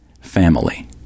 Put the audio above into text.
Family